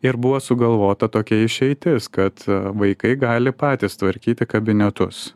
ir buvo sugalvota tokia išeitis kad vaikai gali patys tvarkyti kabinetus